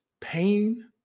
pain